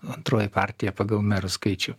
antroji partija pagal merų skaičių